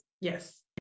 Yes